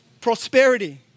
prosperity